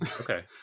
Okay